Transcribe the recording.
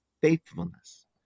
faithfulness